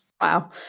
Wow